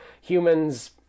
Humans